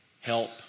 help